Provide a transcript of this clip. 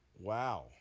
Wow